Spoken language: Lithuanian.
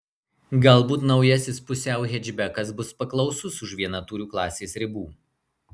galbūt naujasis pusiau hečbekas bus paklausus už vienatūrių klasės ribų